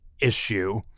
issue